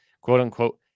quote-unquote